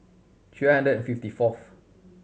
three hundred and fifty fourth